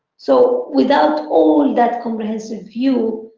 so without all that comprehensive view,